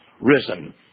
risen